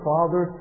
Father